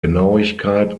genauigkeit